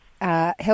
help